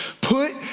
put